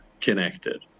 connected